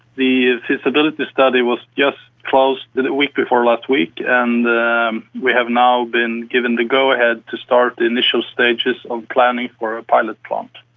the feasibility study was just closed the the week before last week and um we have now been given the go-ahead to start the initial stages of planning for a pilot plant.